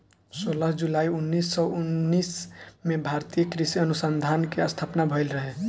सोलह जुलाई उन्नीस सौ उनतीस में भारतीय कृषि अनुसंधान के स्थापना भईल रहे